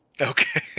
Okay